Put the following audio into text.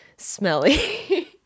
smelly